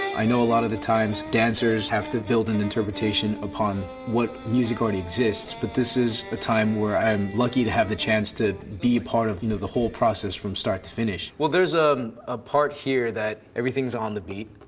i know a lot of the times dancers have to build an interpretation upon what music already exists. but this is a time where i'm lucky to have the chance to be a part of you know the whole process from start to finish. well there's a a part here that everything is on the beat.